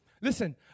listen